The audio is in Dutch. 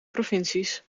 provincies